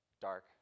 dark